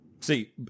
See